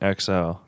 XL